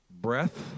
breath